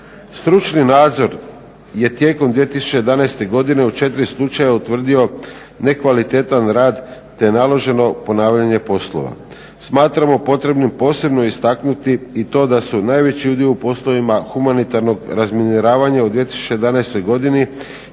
Stručni nadzor je tijekom 2011. godine u 4 slučaja utvrdio nekvalitetan rad te je naloženo ponavljanje poslova. Smatramo potrebnim posebno istaknuti i to da su najveći udio u poslovima humanitarnog razminiravanja u 2011. godini